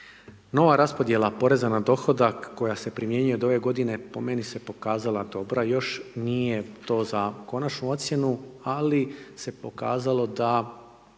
nova raspodjela poreza na dohodak koja se primjenjuje ove godine, po meni se pokazala dobra, još nije to za konačnu ocjenu ali se pokazalo da